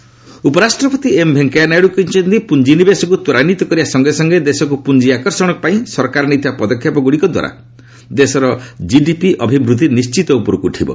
Naidu economic ଉପରାଷ୍ଟ୍ରପତି M Venkaiah Naidu କହିଛନ୍ତି ପୁଞ୍ଜିନିବେଶକୁ ତ୍ୱରାନ୍ୱିତ କରିବା ସଙ୍ଗେ ସଙ୍ଗେ ଦେଶକୁ ପୁଞ୍ଜି ଆକର୍ଷଣ ପାଇଁ ସରକାର ନେଇଥିବା ପଦକ୍ଷେପଗୁଡ଼ିକ ଦ୍ୱାରା ଦେଶର ଜିଡିପି ଅଭିବୃଦ୍ଧି ନିଣ୍ଚିତ ଉପରକୁ ଉଠିବ